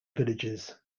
villages